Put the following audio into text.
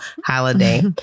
holiday